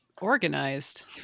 organized